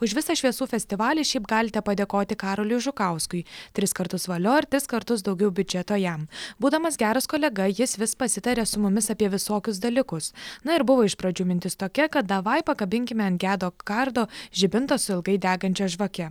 už visą šviesų festivalį šiaip galite padėkoti karoliui žukauskui tris kartus valio ir tris kartus daugiau biudžeto jam būdamas geras kolega jis vis pasitaria su mumis apie visokius dalykus na ir buvo iš pradžių mintis tokia kad davai pakabinkime ant gedo kardo žibintą su ilgai degančia žvake